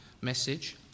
message